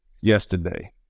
yesterday